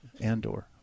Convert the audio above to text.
Andor